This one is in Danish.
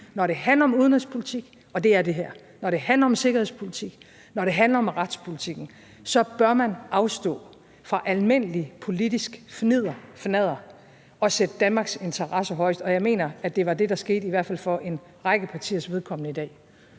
Når det handler om udenrigspolitik – og det er det her – når det handler om sikkerhedspolitik, når det handler om retspolitik, så bør man afstå fra almindeligt politisk fnidder og fnadder og sætte Danmarks interesser højest. Og jeg mener, at det var det, der skete, i hvert fald for en række partiers vedkommende i dag.